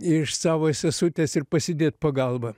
iš savo sesutės ir pasidėt po galva